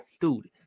dude